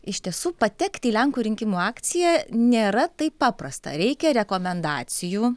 iš tiesų patekti į lenkų rinkimų akciją nėra taip paprasta reikia rekomendacijų